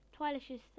Twilicious